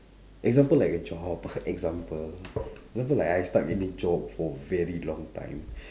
example like a job example example like I stuck in a job for very long time